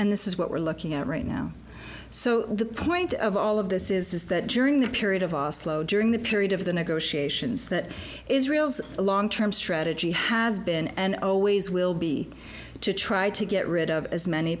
and this is what we're looking at right now so the point of all of this is that during the period of all slow during the period of the negotiations that israel's long term strategy has been and always will be to try to get rid of as many